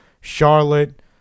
Charlotte